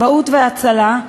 כבאות והצלה,